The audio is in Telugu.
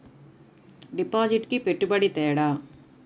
డిపాజిట్కి పెట్టుబడికి తేడా?